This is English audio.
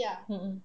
mmhmm